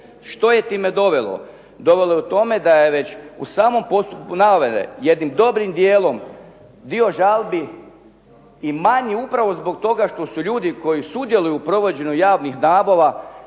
Što je time dovelo? Dovelo je u tome da je već u samom postupku nabave jednim dobrim djelom dio žalbi i manji upravo zbog toga što su ljudi koji sudjeluju u provođenju javnih nabava